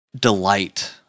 delight